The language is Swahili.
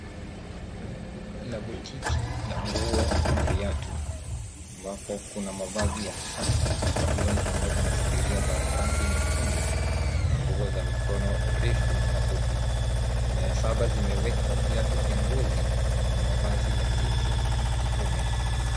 Duka la botiki la nguo na viatu ambapo kuna mavazi ya kisasa zikiwa pamoja na sindiria za rangi nyekundu na nguo za mikono refu na fupi. Nyaya saba vimewekwa viatu vya ngozi na mavazi ya kike na kiume.